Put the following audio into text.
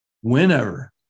Whenever